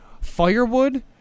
Firewood